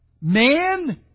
Man